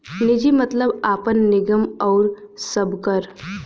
निजी मतलब आपन, निगम आउर सबकर